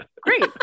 great